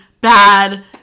bad